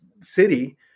city